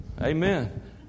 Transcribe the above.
Amen